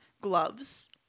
gloves